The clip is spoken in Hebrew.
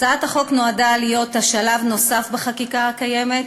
הצעת החוק נועדה להיות שלב נוסף בחקיקה הקיימת,